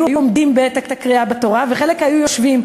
היו עומדים בעת קריאת התורה וחלק היו יושבים,